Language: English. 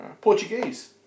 Portuguese